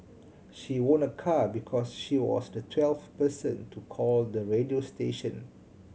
she won a car because she was the twelfth person to call the radio station